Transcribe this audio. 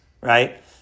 right